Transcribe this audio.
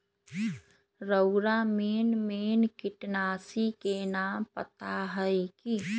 रउरा main main किटनाशी के नाम पता हए कि?